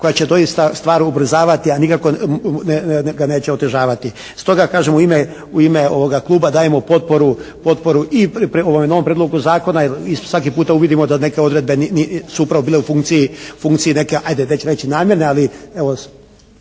koja će doista stvar ubrzavati a nikako ga neće otežavavati. Stoga kažem u ime ovoga Kluba dajemo potporu i ovome novom Prijedlogu zakona i svaki puta uvidimo da neke odredbe su upravo bile u funkciji neke, ajde neću reći namjerne ali evo